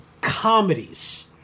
comedies